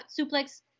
Suplex